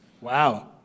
Wow